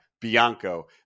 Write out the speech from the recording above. Bianco